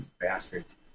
bastards